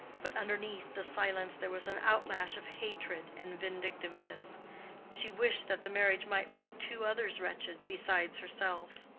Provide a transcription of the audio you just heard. but underneath the silence there was an outlash of hatred and vindictiveness she wished that the marriage might make two others wretched, besides herself.